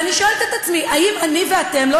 ואני שואלת את עצמי: האם אני ואתם לא